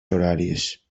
horàries